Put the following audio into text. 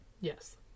Yes